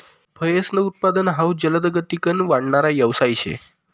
फयेसनं उत्पादन हाउ जलदगतीकन वाढणारा यवसाय शे